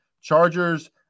Chargers